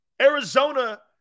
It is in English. Arizona